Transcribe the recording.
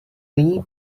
nyní